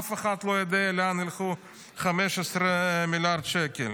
אף אחד לא יודע לאן הלכו 15 מיליארד שקל.